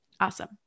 Awesome